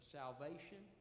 salvation